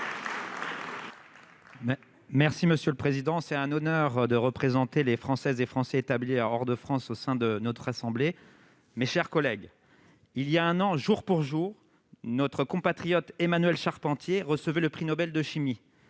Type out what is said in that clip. Merci, monsieur le président. C'est un honneur de représenter les Françaises et les Français établis hors de France au sein de notre assemblée. Mes chers collègues, il y a un an jour pour jour, notre compatriote Emmanuelle Charpentier recevait le prix Nobel de chimie.